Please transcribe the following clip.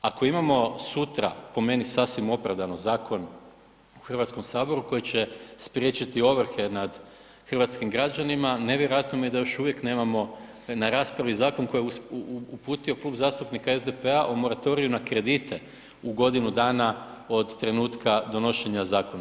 Ako imamo sutra, po meni, sasvim opravdano zakon u Hrvatskome saboru koji će spriječiti ovrhe nad hrvatskim građanima, nevjerojatno mi je da još uvijek nemamo na raspravi zakon koji je uputio Klub zastupnika SDP-a o moratoriju na kredite u godinu dana od trenutka donošenja zakona.